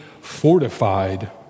fortified